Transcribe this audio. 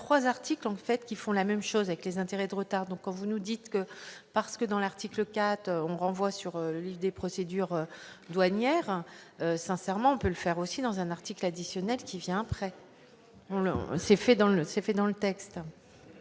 en. Faites qui font la même chose avec les intérêts de retard donc quand vous nous dites que parce que dans l'article 4 on renvoie sur l'île des procédures douanières sincèrement on peut le faire aussi, dans un article additionnel qui vient après c'est fait dans le c'est